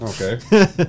Okay